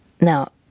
Now